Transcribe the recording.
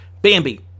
Bambi